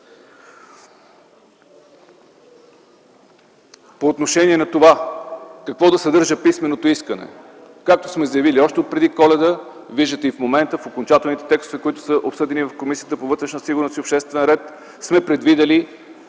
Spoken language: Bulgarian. По отношение на това какво да съдържа писменото искане. Както сме заявили още отпреди Коледа, виждате и в окончателните текстове, които са обсъдени в Комисията по вътрешна сигурност и обществен ред, сме предвидили